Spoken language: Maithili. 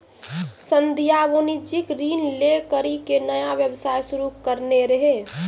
संध्या वाणिज्यिक ऋण लै करि के नया व्यवसाय शुरू करने रहै